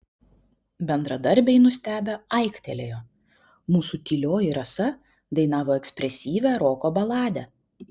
bendradarbiai nustebę aiktelėjo mūsų tylioji rasa dainavo ekspresyvią roko baladę